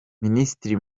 minisitiri